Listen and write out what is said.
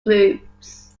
groups